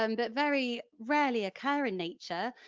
um but very rarely occur in nature.